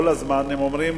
כל הזמן הם אומרים: